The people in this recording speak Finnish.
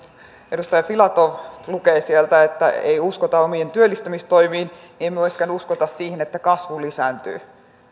edustaja filatov lukee sieltä että ei uskota omiin työllistämistoimiin niin emme myöskään usko siihen että kasvu lisääntyy